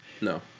No